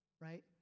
right